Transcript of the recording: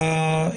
צהריים טובים,